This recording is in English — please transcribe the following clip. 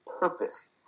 purpose